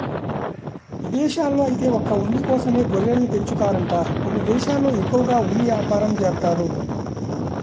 ఇదేశాల్లో ఐతే ఒక్క ఉన్ని కోసమే గొర్రెల్ని పెంచుతారంట కొన్ని దేశాల్లో ఎక్కువగా ఉన్ని యాపారం జేత్తారు